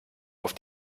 auf